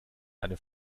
eine